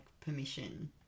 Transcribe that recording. permission